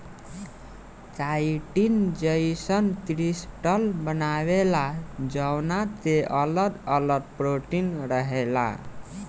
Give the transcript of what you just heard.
chitin जईसन crystal बनावेला जवना के अगल अगल प्रोटीन रहेला